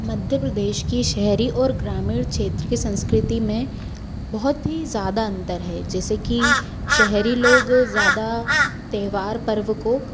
मध्य प्रदेश की शहरी और ग्रामीण क्षेत्र की संस्कृति में बहुत ही ज़्यादा अंतर है जैसे कि शहरी लोग ज़्यादा त्यौहार पर्व को